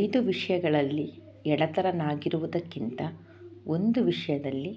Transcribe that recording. ಐದು ವಿಷಯಗಳಲ್ಲಿ ಎಡತರನಾಗಿ ಇರುವುದಕ್ಕಿಂತ ಒಂದು ವಿಷಯದಲ್ಲಿ